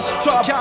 stop